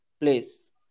Please